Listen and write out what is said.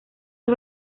los